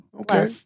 Okay